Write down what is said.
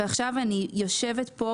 ועכשיו אני יושבת פה,